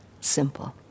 Simple